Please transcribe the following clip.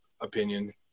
opinion